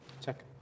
check